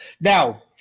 Now